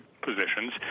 positions